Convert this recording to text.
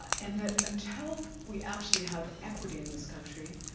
and that until we actually have equity in this country,